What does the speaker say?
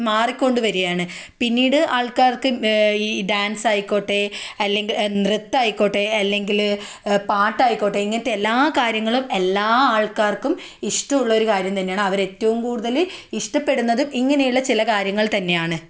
മാറിക്കൊണ്ടു വരികയാണ് പിന്നീട് ആൾക്കാർക്ക് ഈ ഡാൻസ് ആയിക്കോട്ടെ അല്ലെങ്കിൽ നൃത്തം ആയിക്കോട്ടെ അല്ലെങ്കിൽ പാട്ട് ആയിക്കോട്ടെ ഇങ്ങനത്തെ എല്ലാ കാര്യങ്ങളും എല്ലാ ആൾക്കാർക്കും ഇഷ്ടമുള്ള ഒരു കാര്യം തന്നെയാണ് അവർ ഏറ്റവും കൂടുതൽ ഇഷ്ടപ്പെടുന്നതും ഇങ്ങനെയുള്ള ചില കാര്യങ്ങൾ തന്നെയാണ്